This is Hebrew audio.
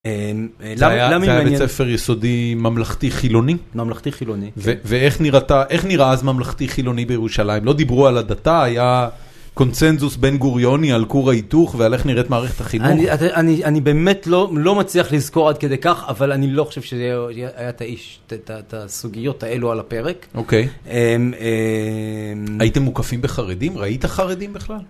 זה היה בית ספר יסודי ממלכתי-חילוני? ממלכתי-חילוני. ואיך נראה אז ממלכתי-חילוני בירושלים? לא דיברו על הדתה, היה קונצנזוס בין גוריוני על קור ההיתוך ועל איך נראית מערכת החינוך. אני באמת לא מצליח לזכור עד כדי כך, אבל אני לא חושב שהיו את הסוגיות האלו על הפרק. אוקיי. הייתם מוקפים בחרדים? ראית חרדים בכלל?